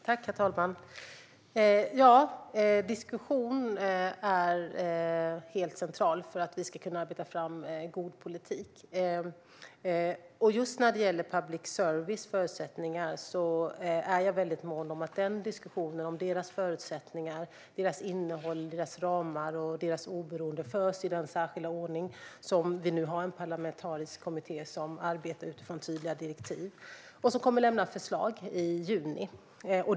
Herr talman! Ja, diskussion är helt centralt för att vi ska kunna arbeta fram god politik. Just när det gäller public service är jag mån om att diskussionen om deras förutsättningar, innehåll, ramar och oberoende förs i den särskilda ordning som en parlamentarisk kommitté nu arbetar med utifrån tydliga direktiv. Den kommer att lämna förslag i juni.